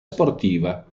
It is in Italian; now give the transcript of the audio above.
sportiva